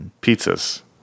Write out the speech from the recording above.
Pizzas